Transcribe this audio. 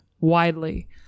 widely